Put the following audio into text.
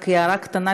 רק הערה קטנה,